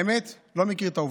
האמת, אני לא מכיר את העובדות,